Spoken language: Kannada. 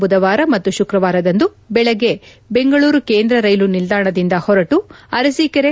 ಬುಧವಾರ ಮತ್ತು ಶುಕವಾರದಂದು ಬೆಳಗೆ ಬೆಂಗಳೂರು ಕೇಂದ ರೈಲು ನಿಲಾಣದಿಂದ ಹೊರಟು ಅರಬೀಕೆರೆ